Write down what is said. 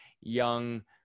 young